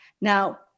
Now